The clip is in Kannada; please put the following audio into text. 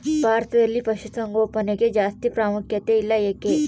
ಭಾರತದಲ್ಲಿ ಪಶುಸಾಂಗೋಪನೆಗೆ ಜಾಸ್ತಿ ಪ್ರಾಮುಖ್ಯತೆ ಇಲ್ಲ ಯಾಕೆ?